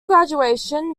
graduation